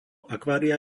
akvária